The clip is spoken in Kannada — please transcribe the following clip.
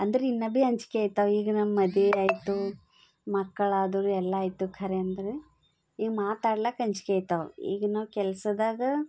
ಅಂದ್ರೆ ಇನ್ನೂ ಭೀ ಅಂಜಿಕೆ ಆಯ್ತವ ಈಗ ನಮ್ಮ ಮದ್ವೆ ಆಯಿತು ಮಕ್ಕಳಾದರು ಎಲ್ಲ ಆಯಿತು ಖರೆ ಅಂದರೆ ಈಗ ಮಾತಾಡ್ಲಿಕ್ಕೆ ಅಂಜಿಕೆ ಆಯ್ತವ ಈಗಿನವು ಕೆಲಸದಾಗ